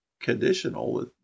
conditional